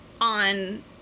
on